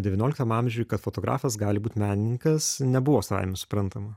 devynioliktam amžiui kad fotografas gali būt menininkas nebuvo savaime suprantama